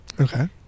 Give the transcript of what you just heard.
Okay